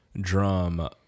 drum